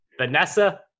Vanessa